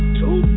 two